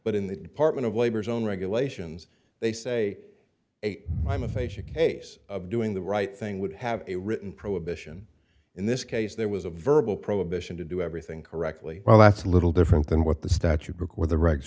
but in the department of labor's own regulations they say hey i'm a facia case of doing the right thing would have a written prohibition in this case there was a verbal prohibition to do everything correctly well that's a little different than what the statute book or the regs